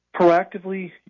Proactively